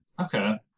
Okay